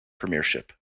premiership